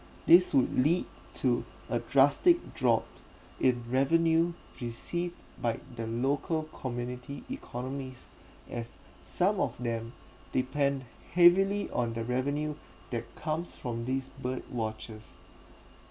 this would lead to a drastic drop in revenue received by the local community economies as some of them depend heavily on the revenue that comes from these bird watchers